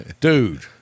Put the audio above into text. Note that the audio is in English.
Dude